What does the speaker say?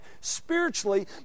spiritually